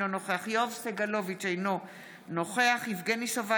אינו נוכח יואב סגלוביץ' אינו נוכח יבגני סובה,